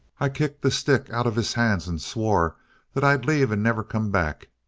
i kicked the stick out of his hands and swore that i'd leave and never come back.